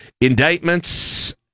Indictments